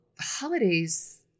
holidays